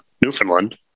Newfoundland